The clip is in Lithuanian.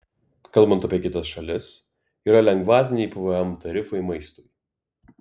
kalbant apie kitas šalis yra lengvatiniai pvm tarifai maistui